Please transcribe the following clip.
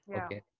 Okay